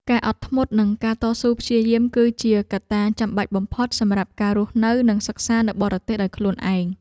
ការអត់ធ្មត់និងការតស៊ូព្យាយាមគឺជាកត្តាចាំបាច់បំផុតសម្រាប់ការរស់នៅនិងសិក្សានៅបរទេសដោយខ្លួនឯង។